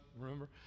remember